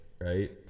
right